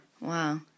Wow